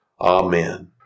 Amen